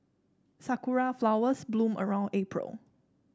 sakura flowers bloom around April